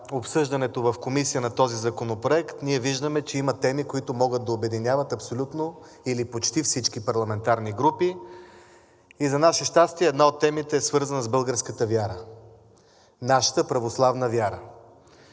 обсъждането в Комисията на този законопроект, ние виждаме, че има теми, които могат да обединяват абсолютно или почти всички парламентарни групи, и за наше щастие, една от темите е свързана с българската вяра. Нашата православна вяра!